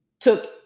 took